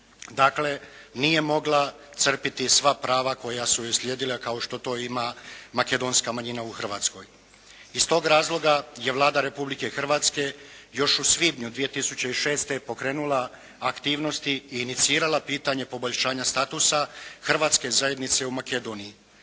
Dakle, nije mogla crpiti sva prava koja su joj slijedila kao što to ima makedonska manjina u Hrvatskoj. I iz tog razloga je Vlada Republike Hrvatske još u svibnju 2006. pokrenula aktivnosti i inicirala pitanje poboljšanja statusa hrvatske zajednice u Makedoniji.